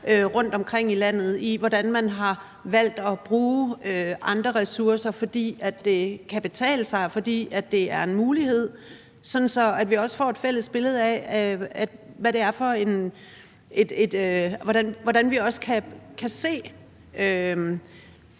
rundtomkring i landet i, hvordan man har valgt at bruge andre ressourcer, fordi det kan betale sig, og fordi det er en mulighed, sådan at vi også får et fælles billede af, hvordan vi kan se